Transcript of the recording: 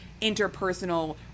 interpersonal